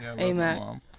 Amen